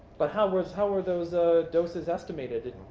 but how was how were those ah doses estimated?